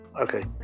Okay